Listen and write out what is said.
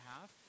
half